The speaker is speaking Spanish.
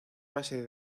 base